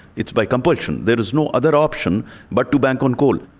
it's by compulsion. there is no other option but to bank on coal.